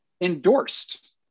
endorsed